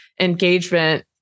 engagement